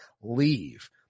leave